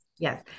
Yes